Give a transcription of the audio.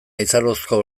aizarozko